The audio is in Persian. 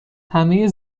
همه